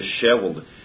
disheveled